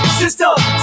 system